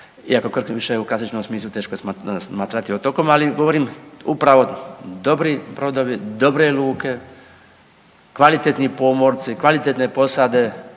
iako Krk više u klasičnom smislu teško smatrati otokom, ali govorim upravo dobri brodovi, dobre luke, kvalitetni pomorci, kvalitetne posade,